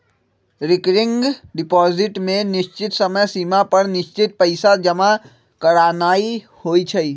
recurring deposit में निश्चित समय सिमा पर निश्चित पइसा जमा करानाइ होइ छइ